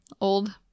old